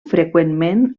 freqüentment